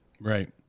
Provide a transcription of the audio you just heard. Right